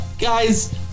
Guys